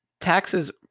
Taxes